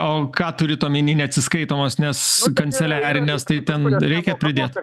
o ką turit omeny neatsiskaitomos nes kanceliarinės tai ten reikia pridėt